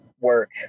work